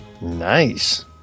nice